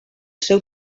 seu